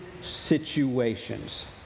situations